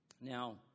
Now